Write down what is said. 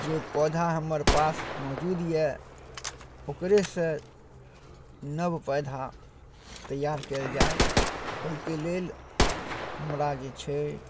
जे पौधा हमर पास मौजूद अइ ओकरेसँ नव पौधा तैआर कएल जाइ ओहिके लेल हमरा जे छै